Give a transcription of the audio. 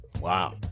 Wow